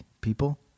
People